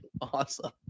Awesome